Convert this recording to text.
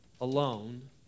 alone